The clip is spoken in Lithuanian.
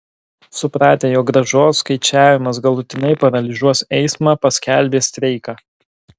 supratę jog grąžos skaičiavimas galutinai paralyžiuos eismą paskelbė streiką